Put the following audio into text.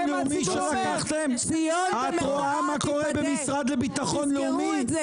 את רואה מה קורה במשרד לביטחון לאומי שלקחתם?